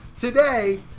today